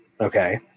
okay